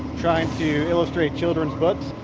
trying to illustrate children's book,